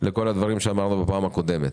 לכל הדברים שאמרנו בישיבה הקודמת.